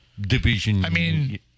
division